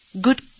Good